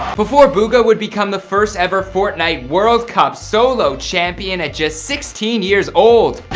before buhga would become the first ever fortnite world cup solo champion at just sixteen years old